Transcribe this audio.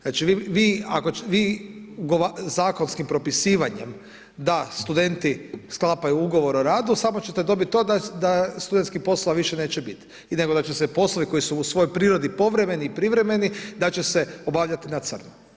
Znači, vi zakonskim propisivanjem da studenti sklapaju ugovor o radu samo ćete dobiti to da studentskih poslova više neće biti, nego da će se poslovi koji su u svojoj prirodi povremeni i privremeni da će se obavljati na crno.